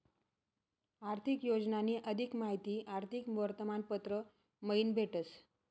आर्थिक योजनानी अधिक माहिती आर्थिक वर्तमानपत्र मयीन भेटस